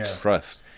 trust